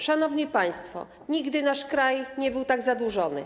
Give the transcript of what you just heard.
Szanowni państwo, nigdy nasz kraj nie był tak zadłużony.